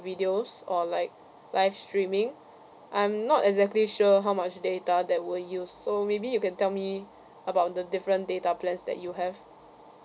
videos or like live streaming I'm not exactly sure how much data that were used so maybe you can tell me about the different data plans that you have